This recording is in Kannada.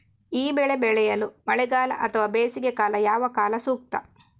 ಈ ಬೆಳೆ ಬೆಳೆಯಲು ಮಳೆಗಾಲ ಅಥವಾ ಬೇಸಿಗೆಕಾಲ ಯಾವ ಕಾಲ ಸೂಕ್ತ?